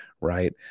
right